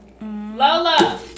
Lola